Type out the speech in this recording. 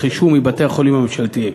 בבתי-החולים הממשלתיים.